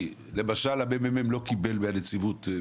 מרכז המחקר והמידע לא קיבל על כך תשובה מהנציבות.